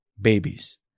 Babies